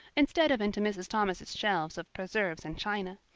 instead of into mrs. thomas' shelves of preserves and china.